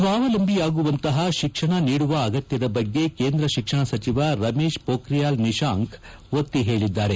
ಸ್ವಾವಲಂಬಿಯಾಗುವಂತಪ ಶಿಕ್ಷಣ ನೀಡುವ ಅಗತ್ಯದ ಬಗ್ಗೆ ಕೇಂದ್ರ ಶಿಕ್ಷಣ ಸಚಿವ ರಮೇಶ್ ನಿಶಾಂಕ್ ಪೋಬ್ರಿಯಾಲ್ ಒತ್ತಿ ಹೇಳಿದ್ದಾರೆ